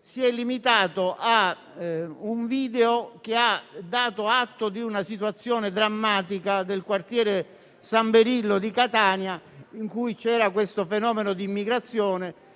si è limitato a un video che ha dato atto di una situazione drammatica del quartiere San Berillo di Catania, in cui c'era questo fenomeno di immigrazione